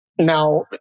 Now